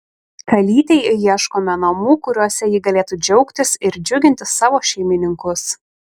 kalytei ieškome namų kuriuose ji galėtų džiaugtis ir džiuginti savo šeimininkus